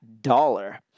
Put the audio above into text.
dollar